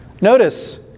notice